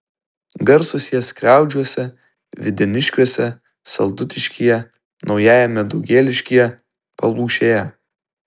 garsūs jie skriaudžiuose videniškiuose saldutiškyje naujajame daugėliškyje palūšėje